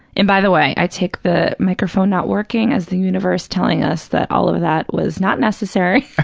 and by the way, i take the microphone not working as the universe telling us that all of that was not necessary ah